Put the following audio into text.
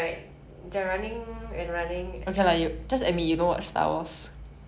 I know they have the long sabers that's all